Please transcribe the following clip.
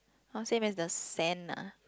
oh same as the sand lah